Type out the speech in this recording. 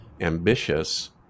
ambitious